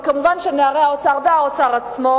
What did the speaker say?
אבל מובן שנערי האוצר והאוצר עצמו